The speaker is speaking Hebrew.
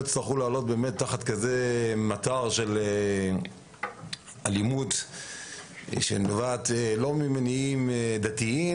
יצטרכו לעלות תחת מטר של אלימות שנובעת ממניעים שאינם דתיים